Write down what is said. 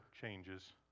changes